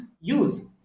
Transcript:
use